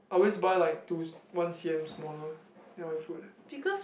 I always buy like two one c_m smaller than my foot